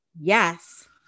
yes